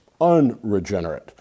unregenerate